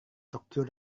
tokyo